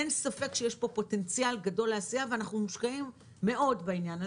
אין ספק שיש פה פוטנציאל גדול לעשייה ואנחנו משקיעים מאוד בעניין הזה.